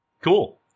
Cool